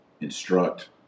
instruct